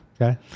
Okay